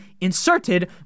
inserted